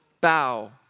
bow